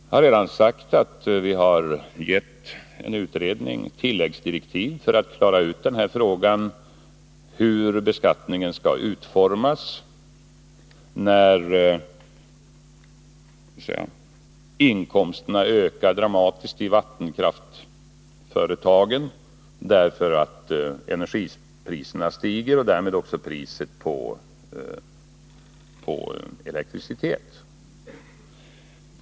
Jag har redan sagt att vi har gett en utredning tilläggsdirektiv för att klara ut frågan hur beskattningen skall utformas i ett läge där inkomsterna i vattenkraftsföretagen ökar kraftigt därför att energipriserna och därmed också priset på elektricitet stiger.